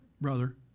brother